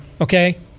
okay